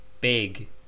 Big